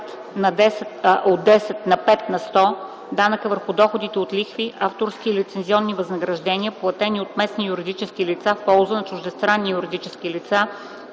от 10 на 5 на сто данъкът върху доходите от лихви, авторски и лицензионни възнаграждения, платени от местни юридически лица в полза на чуждестранни юридически лица